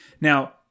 Now